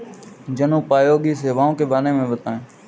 जनोपयोगी सेवाओं के बारे में बताएँ?